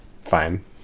Fine